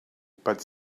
but